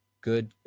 good